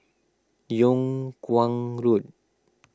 Yung Kuang Road